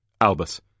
Albus